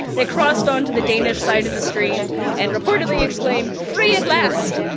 they crossed onto the danish side of the stream and reportedly exclaimed free at last!